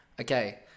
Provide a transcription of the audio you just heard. Okay